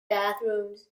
bathrooms